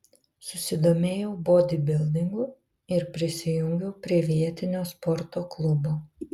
susidomėjau bodybildingu ir prisijungiau prie vietinio sporto klubo